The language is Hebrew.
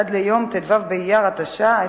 עד ליום ט"ו באייר התש"ע,